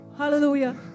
Hallelujah